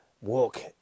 walk